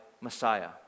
Messiah